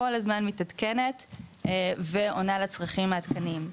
כל הזמן מתעדכנת ועונה לצרכים העדכניים.